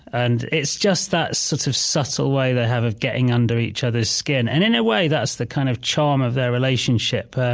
and it's just that sort of subtle way they have of getting under each other's skin. and in a way, that's the kind of charm of their relationship.